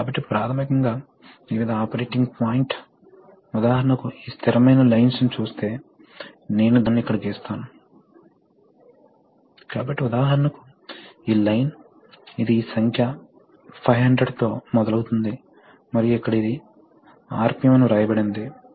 మరోవైపు pneumatic systems యొక్క disadvantages కూడా ఉన్నాయి ఉదాహరణకు మొదట ఈ వ్యవస్థలు హైడ్రాలిక్స్ తో పోలిస్తే పనితీరులో నెమ్మదిగా ఉంటాయి వాటి పవర్ నిర్వహణ రేటింగ్లు కూడా సాధారణంగా నెమ్మదిగా ఉంటాయి మరియు అధునాతన కంట్రోల్స్ ప్రకారం అవి ఎలక్ట్రిక్ కంట్రోల్స్ కంటే తక్కువ